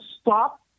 stop